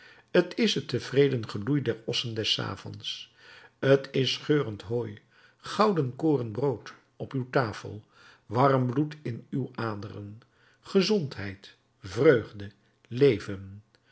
t is het tevreden geloei der ossen des avonds t is geurend hooi gouden koren brood op uw tafel warm bloed in uw aderen gezondheid vreugde leven